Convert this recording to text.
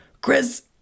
Chris